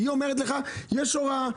היא אומרת לך יש הוראה.